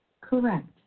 Correct